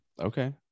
Okay